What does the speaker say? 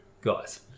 guys